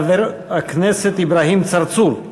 חבר הכנסת אברהים צרצור,